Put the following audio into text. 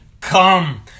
come